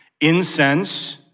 Incense